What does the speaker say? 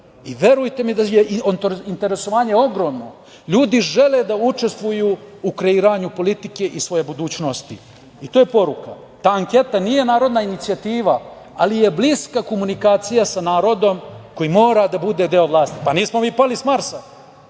žele. Verujte mi da je interesovanje ogromno. Ljudi žele da učestvuju u kreiranju politike i svoje budućnosti. I to je poruka. Ta anketa nije narodna inicijativa, ali je bliska komunikacija sa narodom koji mora da bude deo vlasti. Nismo mi pali sa Marsa,